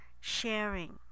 sharing